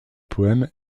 poèmes